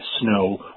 snow